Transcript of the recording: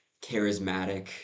charismatic